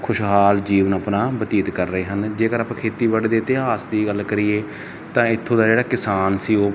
ਖੁਸ਼ਹਾਲ ਜੀਵਨ ਆਪਣਾ ਬਤੀਤ ਕਰ ਰਹੇ ਹਨ ਜੇਕਰ ਆਪਾਂ ਖੇਤੀਬਾੜੀ ਦੇ ਇਤਿਹਾਸ ਦੀ ਗੱਲ ਕਰੀਏ ਤਾਂ ਇੱਥੋਂ ਜਿਹੜਾ ਕਿਸਾਨ ਸੀ ਉਹ